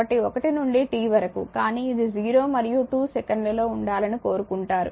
కాబట్టి 1 నుండి t వరకు కానీ ఇది 0 మరియు 2 సెకన్లలో ఉండాలని కోరుకుంటారు